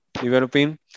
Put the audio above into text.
developing